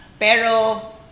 pero